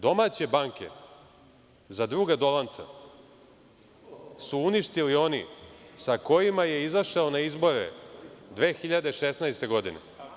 Domaće banke, za druga Dolanca su uništili oni sa kojima je izašao na izbore 2016. godine.